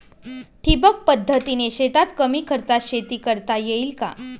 ठिबक पद्धतीने शेतात कमी खर्चात शेती करता येईल का?